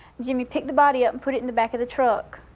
jimmy picked the body up and put it in the back of the truck,